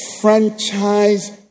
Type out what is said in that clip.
Franchise